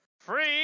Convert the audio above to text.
Free